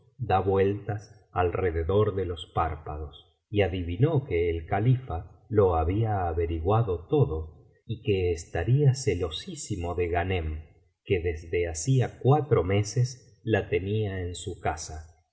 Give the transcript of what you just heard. da vueltas alrededor de los párpados y adivinó que el califa lo había averiguado todo y que estaria celosísimo de ghanern que desde hacía cuatro meses la tenía en su casa y